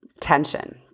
tension